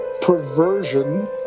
perversion